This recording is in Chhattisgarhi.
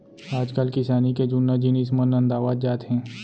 आजकाल किसानी के जुन्ना जिनिस मन नंदावत जात हें